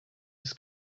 his